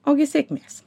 o gi sėkmės